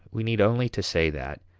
we need only to say that,